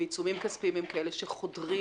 ועיצומים כספיים הם כאלה שחודרים